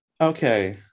Okay